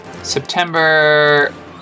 September